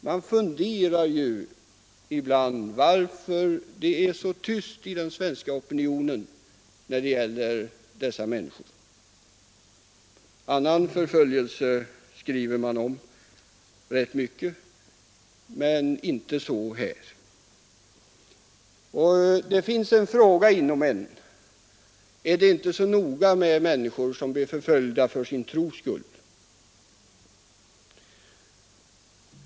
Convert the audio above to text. Man funderar ofta över varför det är så tyst i den svenska opinionen när det gäller dessa människor. Annan förföljelse skrivs det rätt mycket om, men inte denna. Det finns en fråga inom oss: Är det inte så noga med människor som blir förföljda för sin tros skull?